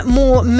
more